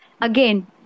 again